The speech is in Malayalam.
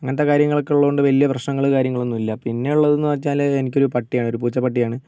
അങ്ങനത്തെ കാര്യങ്ങള് ഒക്കെ ഉള്ളപ്പോള് വലിയ പ്രശ്നങ്ങള് കാര്യങ്ങള് ഒന്നും ഇല്ല പിന്നെ ഉള്ളത് എന്ന് വെച്ചാല് കഴിഞ്ഞാല് ഒരു പട്ടിയാണ് ഒരു പൂച്ച പട്ടിയാണ്